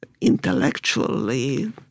intellectually